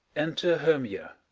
enter hermia